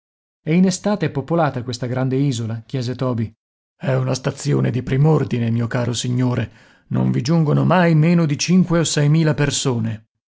e in estate è popolata questa grande isola chiese toby è una stazione di prim'ordine mio caro signore non vi giungono mai meno di cinque o seimila persone